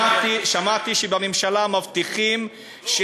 שמעתי שבממשלה מבטיחים,